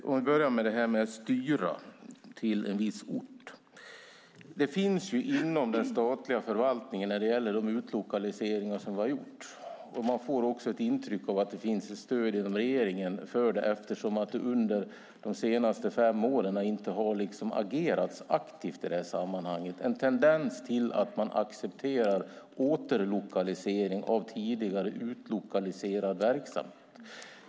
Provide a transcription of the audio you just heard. För att börja med detta att styra till en viss ort: Inom den statliga förvaltningen finns det, när det gäller de utlokaliseringar som gjorts - och man får också ett intryck av att det finns ett stöd inom regeringen för det, eftersom man under de senaste fem åren inte har agerat aktivt i det sammanhanget - en tendens att acceptera återlokalisering av tidigare utlokaliserad verksamhet.